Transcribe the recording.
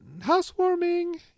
housewarming